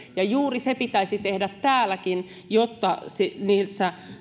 ja juuri se pitäisi tehdä täälläkin jotta niillä